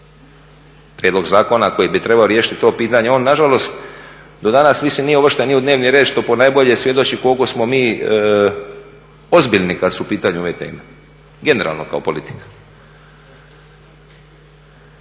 prijedlog zakona koji bi trebao riješiti to pitanje, on nažalost do danas nije uvršten ni u dnevni red što ponajbolje svjedoči koliko smo mi ozbiljni kada su u pitanju ove teme, generalno kao politika.